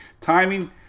Timing